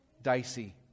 dicey